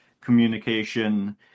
communication